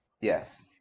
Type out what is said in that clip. Yes